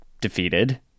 defeated